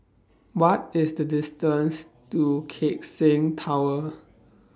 What IS The distance to Keck Seng Tower